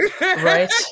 Right